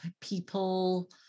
people